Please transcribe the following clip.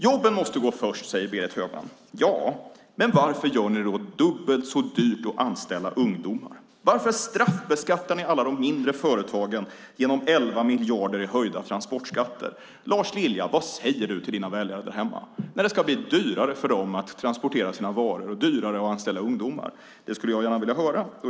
Jobben måste gå först, säger Berit Högman. Ja, men varför gör ni det då dubbelt så dyrt att anställa ungdomar? Varför straffbeskattar ni alla de mindre företagen genom 11 miljarder i höjda transportskatter? Vad säger du till dina väljare därhemma, Lars Lilja, när det ska bli dyrare för dem att transportera sina varor och dyrare att anställa ungdomar? Det skulle jag gärna vilja höra.